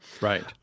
Right